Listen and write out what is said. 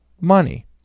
money